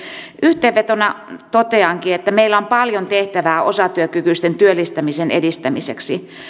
yhteenvetona toteankin että meillä on paljon tehtävää osatyökykyisten työllistämisen edistämiseksi